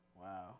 Wow